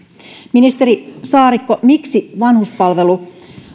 ministeri saarikko miksi vanhuspalveluihin